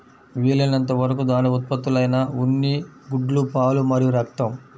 వీలైనంత వరకు దాని ఉత్పత్తులైన ఉన్ని, గుడ్లు, పాలు మరియు రక్తం